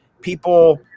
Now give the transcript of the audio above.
people